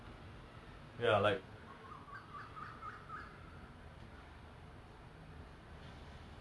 oh eh you know I'm actually secret~ I I actually like F_B_I and secret services eh I I find it very cool